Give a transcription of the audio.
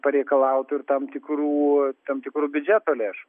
pareikalautų ir tam tikrų tam tikrų biudžeto lėšų